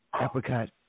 apricot